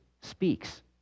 speaks